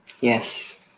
Yes